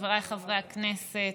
חבריי חברי הכנסת,